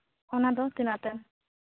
ᱚᱱᱟ ᱫᱚ ᱛᱤᱱᱟᱹᱜ ᱛᱮ